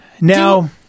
Now –